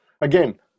again